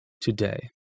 today